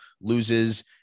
loses